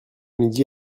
midi